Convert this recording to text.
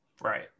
Right